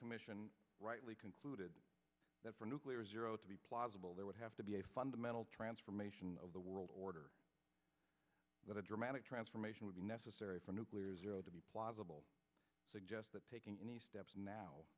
commission rightly concluded that for nuclear as zero to be plausible there would have to be a fundamental transformation of the world order that a dramatic transformation would be necessary for nuclear to be plausible suggest that taking steps now